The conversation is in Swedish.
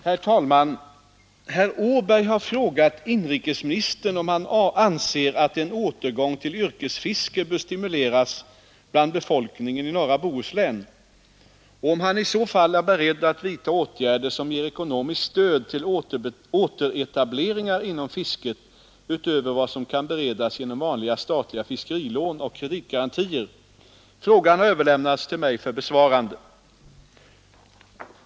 Herr talman! Herr Åberg har frågat inrikesministern om han anser att en återgång till yrkesfiske bör stimuleras bland befolkningen i norra Bohuslän och om han i så fall är beredd att vidta åtgärder som ger ekonomiskt stöd till återetableringar inom fisket utöver vad som kan beredas genom vanliga statliga fiskerilån och kreditgarantier. Frågan har överlämnats till mig för besvarande.